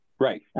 Right